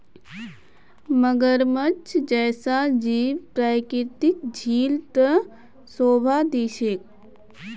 मगरमच्छ जैसा जीव प्राकृतिक झील त शोभा दी छेक